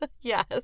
Yes